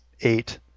eight